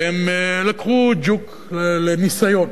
והם לקחו ג'וק לניסיון.